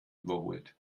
überholt